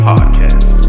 Podcast